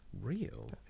Real